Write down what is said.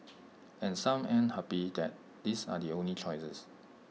and some aren't happy that these are the only choices